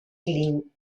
clean